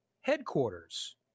headquarters